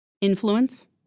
influence